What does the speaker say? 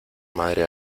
madre